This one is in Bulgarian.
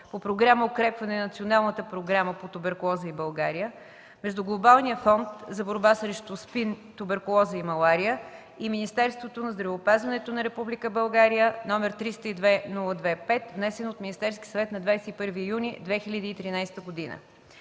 по Програма „Укрепване на Националната програма по туберкулоза в България” между Глобалния фонд за борба срещу СПИН, туберкулоза и малария и Министерството на здравеопазването на Република България, № 302-02-5, внесен от Министерския съвет на 21 юни 2013 г.